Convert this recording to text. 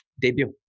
debut